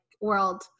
world